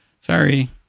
sorry